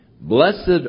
blessed